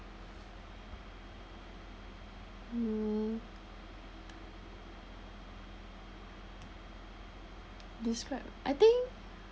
mm describe I think